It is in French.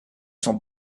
sont